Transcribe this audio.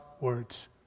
words